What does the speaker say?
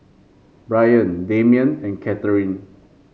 Bryan Damian and Katharine